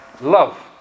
love